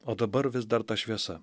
o dabar vis dar ta šviesa